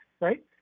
right